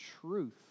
truth